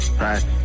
Right